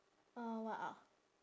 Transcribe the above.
uh what ah